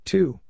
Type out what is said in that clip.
Two